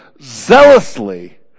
zealously